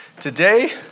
today